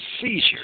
seizure